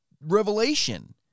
revelation